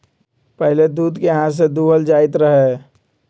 पहिले दूध के हाथ से दूहल जाइत रहै